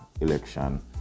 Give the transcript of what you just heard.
election